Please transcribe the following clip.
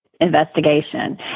investigation